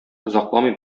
озакламый